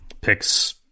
picks